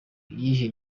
iyihe